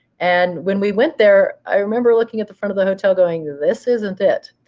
and when we went there, i remember looking at the front of the hotel going, this isn't it.